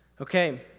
Okay